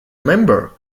member